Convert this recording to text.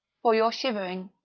for you're shivering